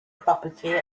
property